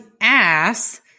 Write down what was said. ass